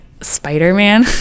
spider-man